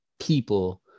people